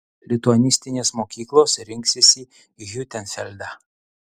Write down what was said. lituanistinės mokyklos rinksis į hiutenfeldą